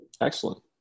Excellent